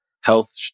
Health